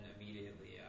immediately